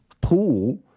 pool